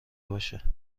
باشه